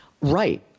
Right